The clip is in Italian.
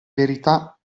verità